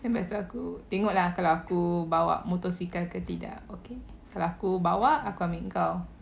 aku tengok lah kalau aku bawa motosikal ke tidak okay kalau bawa aku ambil kau